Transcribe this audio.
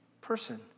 person